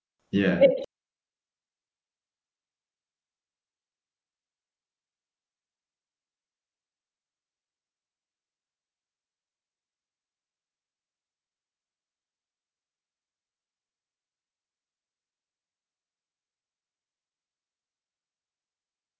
ya